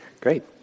Great